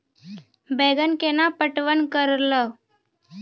बैंगन केना पटवन करऽ लो?